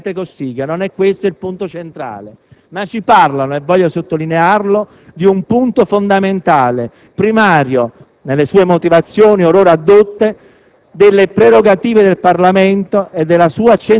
che ci parlano le dimissioni del presidente Cossiga; non è questo il punto centrale. Queste, invece, ci parlano - voglio sottolinearlo - di un punto fondamentale, primario nelle sue motivazioni or ora addotte: